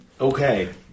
Okay